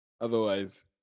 Otherwise